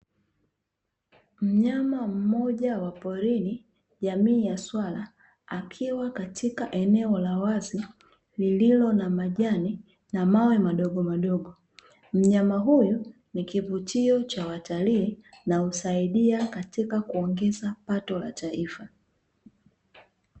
Mnyama mmoja wa porini jamii ya swala akiwa katika eneo la wazi lililo na majani na mawe madogo madogo. Mnyama huyu ni kivutio cha watalii na husaidia katika kuongeza pato la taifa.